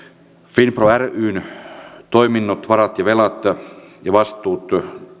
finpro ryn toiminnot varat velat ja vastuut